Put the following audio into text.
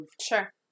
sure